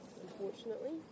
unfortunately